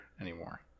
anymore